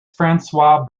francois